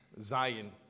Zion